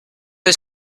was